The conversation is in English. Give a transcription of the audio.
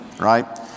Right